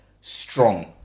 strong